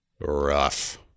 rough